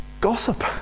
Gossip